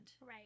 Right